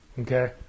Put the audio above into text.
Okay